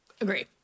Agree